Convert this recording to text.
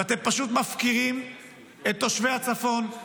ואתם פשוט מפקירים את תושבי הצפון,